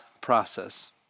process